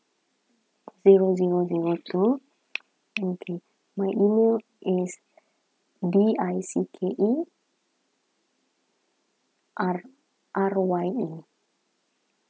zero zero zero two okay my email is D I C K E R R Y E